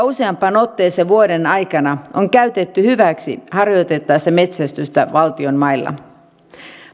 useampaan otteeseen vuoden aikana on käytetty hyväksi harjoitettaessa metsästystä valtion mailla